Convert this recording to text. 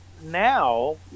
now